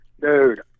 Dude